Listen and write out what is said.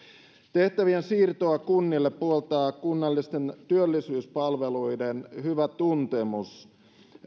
tehtävien siirtoa kunnille puoltaa kunnallisten työllisyyspalveluiden hyvä tuntemus